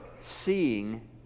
seeing